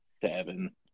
seven